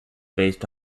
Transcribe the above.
based